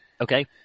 Okay